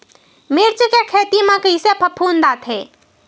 मिर्च के खेती म कइसे फफूंद आथे?